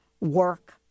work